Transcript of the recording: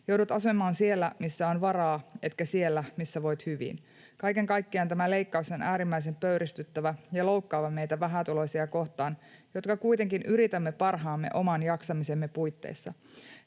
Joudut asumaan siellä, missä on varaa, etkä siellä, missä voit hyvin. Kaiken kaikkiaan tämä leikkaus on äärimmäisen pöyristyttävä ja loukkaava meitä vähätuloisia kohtaan, jotka kuitenkin yritämme parhaamme oman jaksamisemme puitteissa.